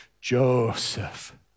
Joseph